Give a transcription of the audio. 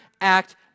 act